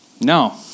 No